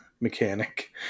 mechanic